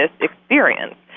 experience